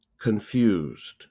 confused